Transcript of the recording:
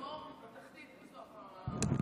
הכנסת תגמור בתחתית כשזה היושב-ראש.